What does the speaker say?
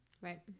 right